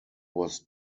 was